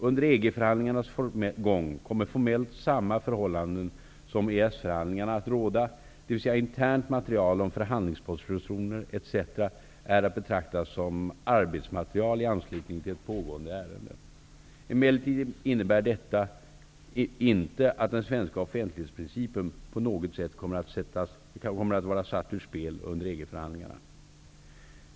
Under EG förhandlingarnas gång kommer formellt samma förhållanden som under EES-förhandlingarna att råda, dvs. internt material om förhandlingspositioner etc. är att betrakta som arbetsmaterial i anslutning till ett pågående ärende. Emellertid innebär detta inte att den svenska offentlighetsprincipen på något sätt kommer att vara satt ur spel under EG-förhandlingarna.